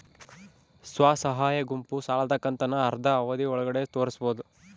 ಸ್ವಸಹಾಯ ಗುಂಪು ಸಾಲದ ಕಂತನ್ನ ಆದ್ರ ಅವಧಿ ಒಳ್ಗಡೆ ತೇರಿಸಬೋದ?